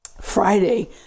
Friday